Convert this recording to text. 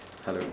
hello